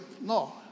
No